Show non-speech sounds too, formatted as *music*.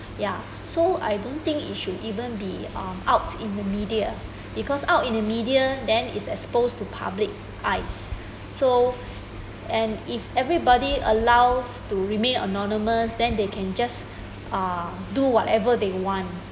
ya *breath* so I don't think it should even be um out in the media because out in the media then is exposed to public eyes *breath* so and if everybody allows to remain anonymous then they can just *breath* uh do whatever they want